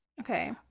Okay